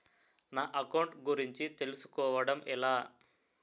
నా అకౌంట్ గురించి తెలుసు కోవడం ఎలా?